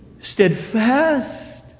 steadfast